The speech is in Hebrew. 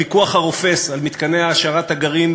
של הפיקוח הרופס על מתקני העשרת הגרעין